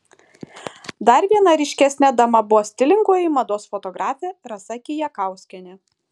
dar viena ryškesnė dama buvo stilingoji mados fotografė rasa kijakauskienė